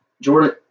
Jordan